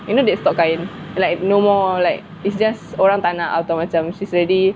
you know dead stock kain like no more like it's just orang tak nak macam she's already